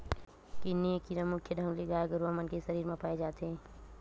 किन्नी ए कीरा मुख्य ढंग ले गाय गरुवा मन के सरीर म पाय जाथे